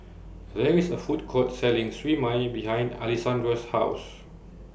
There IS A Food Court Selling Siew Mai behind Alessandra's House